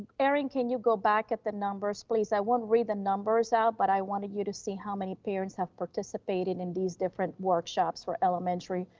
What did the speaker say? erin, can you go back at the numbers please? i won't read the numbers out, but i want you to see how many parents have participated in these different workshops, where elementary,